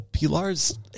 Pilar's